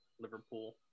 Liverpool